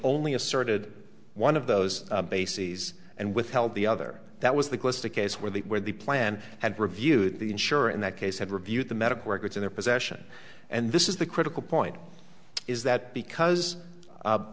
only asserted one of those bases and withheld the other that was the closest a case where the where the plan had reviewed the insurer in that case had reviewed the medical records in their possession and this is the critical point is that because